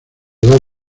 dos